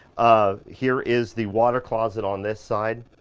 um here is the water closet on this side.